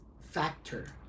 factor